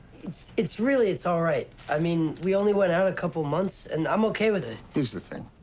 it's it's really it's all right. i mean, we only went out a couple months, and i'm okay with it. here's the thing.